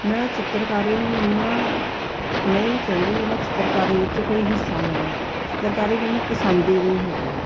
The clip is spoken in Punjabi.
ਮੈਂ ਚਿੱਤਰਕਾਰੀ ਨੂੰ ਇੰਨਾ ਨਹੀਂ ਚਾਹੁੰਦੀ ਮੈਂ ਚਿਤਰਕਾਰੀ ਵਿੱਚ ਕੋਈ ਹਿੱਸਾ ਲਵਾਂ ਚਿੱਤਰਕਾਰੀ ਮੈਨੂੰ ਪਸੰਦ ਹੀ ਨਹੀਂ ਹੈਗੀ